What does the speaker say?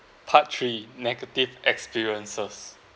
part three negative experiences